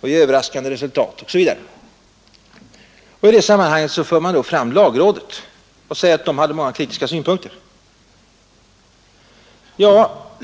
och ge överraskande resultat osv. I det sammanhanget åberopas då lagrådet, och man säger att lagrådet hade många kritiska synpunkter.